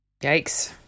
yikes